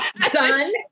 Done